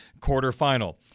quarterfinal